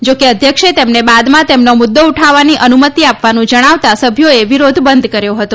જાકે અધ્યક્ષે તેમને બાદમાં તેમનો મુદ્દો ઉઠાવવાની અનુમતિ આપવાનું જણાવતા સભ્યોએ વિરોધ બંધ કર્યો હતો